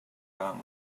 gum